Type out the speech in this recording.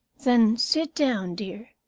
then sit down, dear.